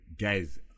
Guys